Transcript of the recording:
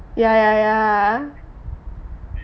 ya ya ya